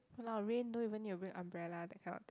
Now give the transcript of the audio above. !walao! rain don't even need to bring umbrella that kind of thing